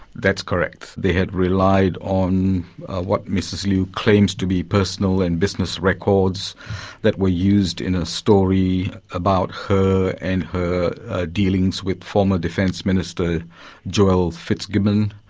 that's correct. they had relied on what mrs liu claims to be personal and business records that were used in a story about her and her dealings with the former defence minister joel fitzgibbon,